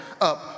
up